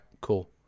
cool